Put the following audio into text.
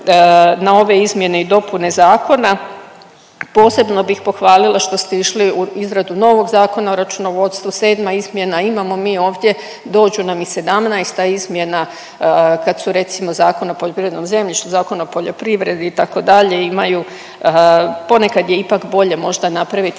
na ove izmjene i dopune zakona. Posebno bih pohvalila što ste išli u izradu novog Zakona o računovodstvu, sedma izmjena, imamo mi ovdje … i 17. izmjena kad su recimo Zakon o poljoprivrednom zemljištu, Zakon o poljoprivredi itd., imaju ponekad je ipak bolje možda napraviti